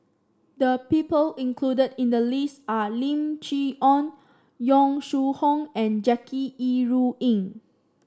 the people included in the list are Lim Chee Onn Yong Shu Hoong and Jackie Yi Ru Ying